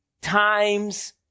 times